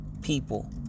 people